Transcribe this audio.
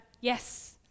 yes